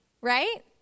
right